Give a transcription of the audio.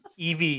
EV